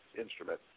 instrument